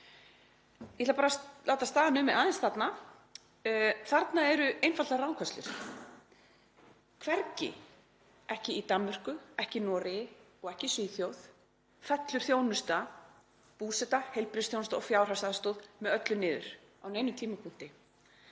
Ég ætla að láta staðar numið þarna. Þarna eru einfaldlega rangfærslur. Hvergi, ekki í Danmörku, ekki í Noregi og ekki í Svíþjóð, fellur þjónusta, búseta, heilbrigðisþjónusta og fjárhagsaðstoð með öllu niður á neinum tímapunkti.